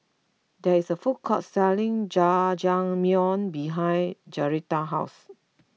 there is a food court selling Jajangmyeon behind Joretta's house